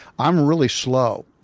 i'm really slow.